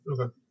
Okay